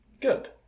Good